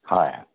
হয়